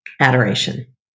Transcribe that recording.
Adoration